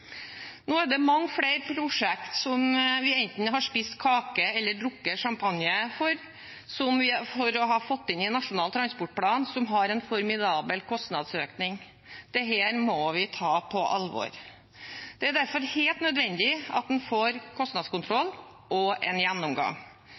Nå er det mange flere prosjekter som vi enten har spist kake eller drukket champagne for at vi har fått inn i Nasjonal transportplan, som har en formidabel kostnadsøkning. Dette må vi ta på alvor. Det er derfor helt nødvendig at en får